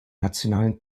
nationalen